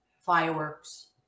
fireworks